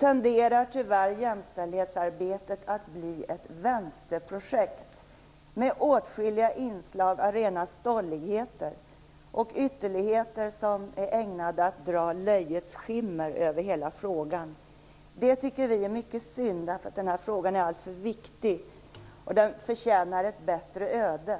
tenderar tyvärr jämställdhetsarbetet att bli ett vänsterprojekt med åtskilliga inslag av rena stolligheter och ytterligheter som är ägnade att dra löjets skimmer över hela frågan. Det tycker vi är synd, därför att denna fråga är alltför viktig och förtjänar ett bättre öde.